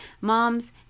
Moms